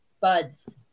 buds